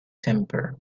temper